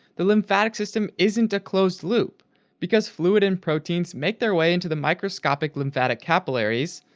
the lymphatic system isn't a closed loop because fluid and proteins make their way into the microscopic lymphatic capillaries,